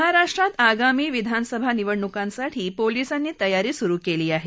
महाराष्ट्रात आगामी विधानसभा निवडणुकांसाठी पोलिसांनी तयारी सुरू केली आहे